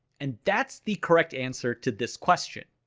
and that's the correct answer to this question!